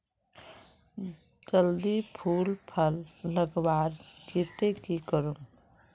जल्दी फूल फल लगवार केते की करूम?